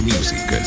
Music